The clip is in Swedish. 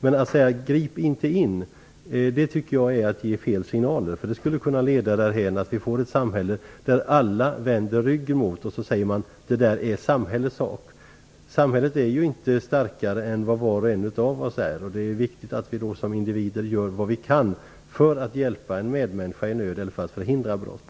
Men att säga att vi inte skall gripa in tycker jag är att ge fel signaler. Det skulle kunna leda därhän att vi får ett samhälle där alla vänder ryggen till och säger att det är samhällets sak. Samhället är ju inte starkare än vad var och en av oss är. Det är viktigt att vi som individer gör vad vi kan för att hjälpa en medmänniska i nöd eller för att förhindra brott.